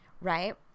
Right